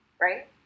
right